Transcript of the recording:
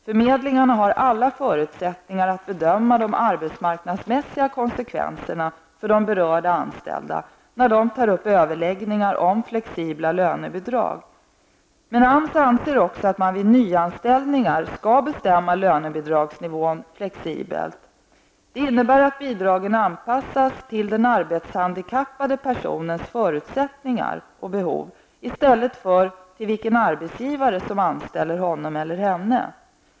Förmedlingarna har alla förutsättningar att bedöma de arbetsmarknadsmässiga konsekvenserna för de berörda anställda, när de tar upp överläggningar om flexibla lönebidrag. Men AMS anser också att man vid nyanställningar skall betämma lönebidragsnivån flexibelt. Det innebär att bidragen anpassas till den arbetshandikappade personens förutsättningar och behov i stället för till vilken arbetsgivare som anställer honom eller henne.